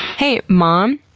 hey mom,